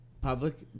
public